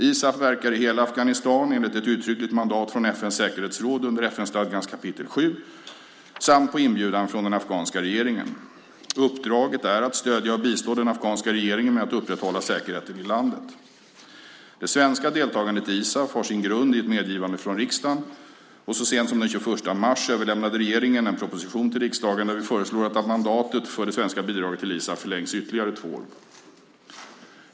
ISAF verkar i hela Afghanistan enligt ett uttryckligt mandat från FN:s säkerhetsråd under FN-stadgans kapitel VII samt på inbjudan från den afghanska regeringen. Uppdraget är att stödja och bistå den afghanska regeringen med att upprätthålla säkerheten i landet. Det svenska deltagandet i ISAF har sin grund i ett medgivande från riksdagen. Så sent som den 21 mars överlämnade regeringen en proposition till riksdagen där vi föreslår att mandatet för det svenska bidraget till ISAF förlängs i ytterligare två år.